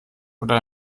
oder